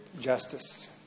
justice